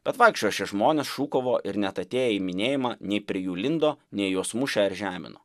bet vaikščiojo šie žmonės šūkavo ir net atėję į minėjimą nei prie jų lindo nei juos mušė ar žemino